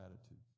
attitude